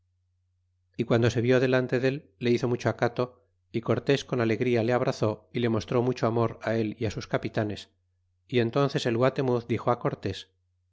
guando se vi delante dél le hizo mucho acato y cortés con alegría le abrazó y le mostró mucho amor él y sus capitanes y enm'ices el guatemuz dixo cortés